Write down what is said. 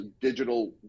digital